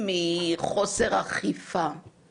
מחוסר אכיפה,